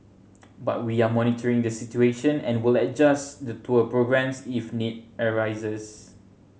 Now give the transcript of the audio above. but we are monitoring the situation and will adjust the tour programmes if need arises